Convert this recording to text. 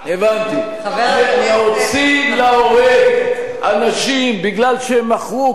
להוציא להורג אנשים מפני שהם מכרו קרקע ליהודים,